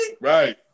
right